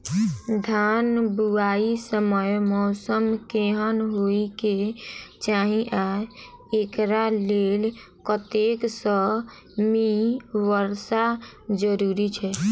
धान बुआई समय मौसम केहन होइ केँ चाहि आ एकरा लेल कतेक सँ मी वर्षा जरूरी छै?